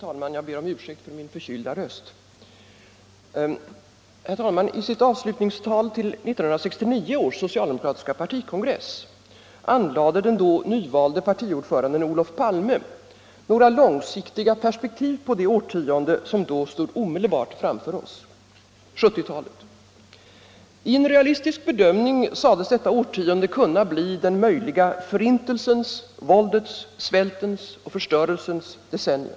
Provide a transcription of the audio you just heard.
Herr talman! I sitt avslutningstal till 1969 års socialdemokratiska partikongress anlade den då nyvalde partiordföranden Olof Palme några långsiktiga perspektiv på det årtionde som då stod omedelbart framför oss, 1970-talet. I en realistisk bedömning sades detta årtionde kunna bli den möjliga förintelsens, våldets, svältens och förstörelsens decennium.